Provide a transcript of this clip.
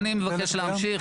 טוב, אני מבקש להמשיך.